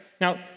now